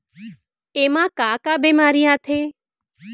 एमा का का बेमारी आथे?